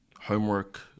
homework